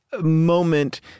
moment